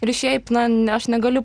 ir šiaip na ne aš negaliu